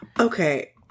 Okay